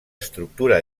estructura